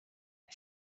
nta